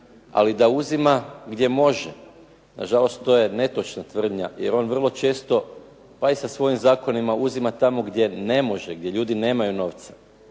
ali da uzima gdje može. Što je netočna tvrdnja, jer on vrlo često baš sa svojim zakonima uzima tamo gdje ne može, gdje ljudi nemaju novca.